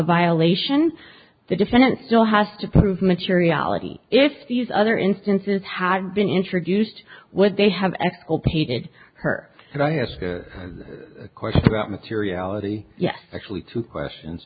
violation the defendant still has to prove materiality if these other instances had been introduced would they have exculpated her and i ask a question about materiality yes actually two questions